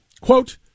Quote